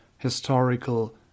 historical